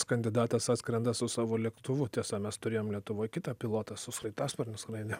kandidatas atskrenda su savo lėktuvu tiesa mes turėjom lietuvoj kitą pilotą su sraigtasparniu skraidė